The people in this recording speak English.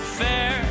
fair